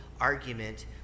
argument